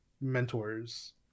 mentors